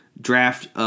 draft